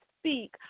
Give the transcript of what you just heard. speak